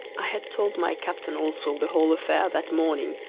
i had told my captain also the whole affair that morning,